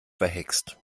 verhext